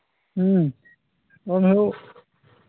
ᱦᱩᱸ ᱮᱱᱦᱤᱞᱳᱜ